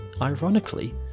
Ironically